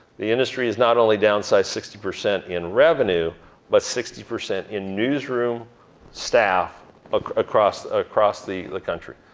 the industry is not only downsized sixty percent in revenue but sixty percent in newsroom staff ah across across the the country.